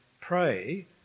pray